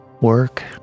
work